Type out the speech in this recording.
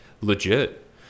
legit